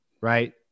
right